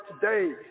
today